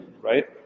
right